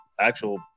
actual